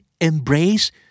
Embrace